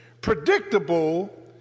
predictable